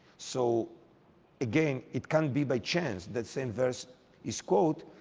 so again, it can't be by chance that same verse is quote,